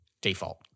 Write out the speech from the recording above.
default